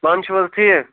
پانہٕ چھُو حظ ٹھیٖک